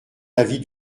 l’avis